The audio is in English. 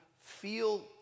feel